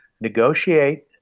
negotiate